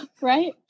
Right